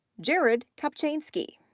jarrod kopczynski,